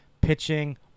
pitching